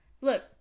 look